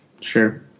Sure